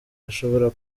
ashobora